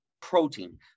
protein